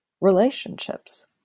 relationships